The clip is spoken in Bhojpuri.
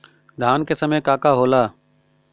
धान के समय का का होला?